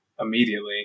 immediately